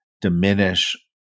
diminish